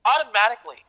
Automatically